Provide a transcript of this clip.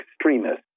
extremists